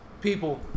people